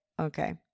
Okay